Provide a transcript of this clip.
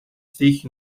sich